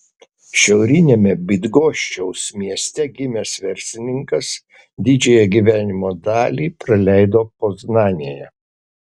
šiauriniame bydgoščiaus mieste gimęs verslininkas didžiąją gyvenimo dalį praleido poznanėje